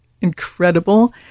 incredible